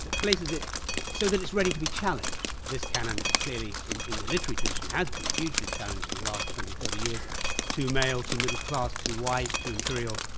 places it so that it's ready to be challenged. this canon clearly, in in the literary tradition, has been hugely challenged in the last twenty, thirty years too male, too middle class, too white, too imperial,